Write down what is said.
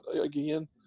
again